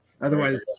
Otherwise